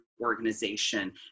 organization